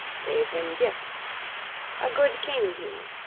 gave him gifts a good king he!